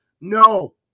No